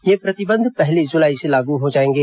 ये प्रतिबंध पहली जुलाई से लागू हो जाएंगे